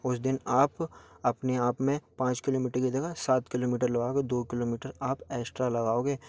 उस दिन आप अपने आप में पाँच किलोमीटर की जगह सात किलोमीटर लगाओगे दो किलोमीटर आप ऐस्ट्रा लगाओगे